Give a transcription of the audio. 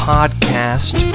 Podcast